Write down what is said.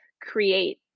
create